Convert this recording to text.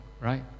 right